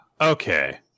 Okay